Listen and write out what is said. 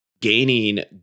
gaining